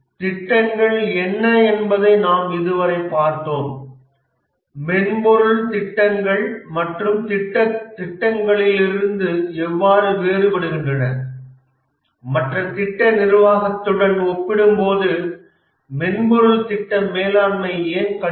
திட்டங்கள் என்ன என்பதை நாம் இதுவரை பார்த்தோம் மென்பொருள் திட்டங்கள் மற்ற திட்டங்களிலிருந்து எவ்வாறு வேறுபடுகின்றன மற்ற திட்ட நிர்வாகத்துடன் ஒப்பிடும்போது மென்பொருள் திட்ட மேலாண்மை ஏன் கடினம்